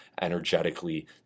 energetically